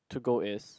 to go is